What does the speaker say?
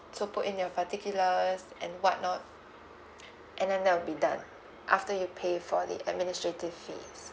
to put in your particulars and what not and then that will be done after you pay for the administrative fees